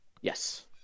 Yes